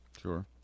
Sure